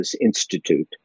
Institute